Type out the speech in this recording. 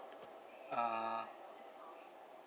uh